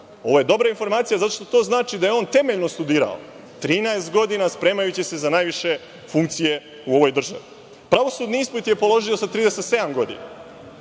Ovo je dobra informacija zato što to znači da je on temeljno studirao 13 godina spremajući se za najviše funkcije u ovoj državni. Pravosudni ispit je položio sa 37 godina.